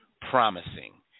promising